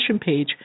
page